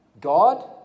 God